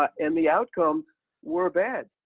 and the outcomes were bad.